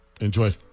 Enjoy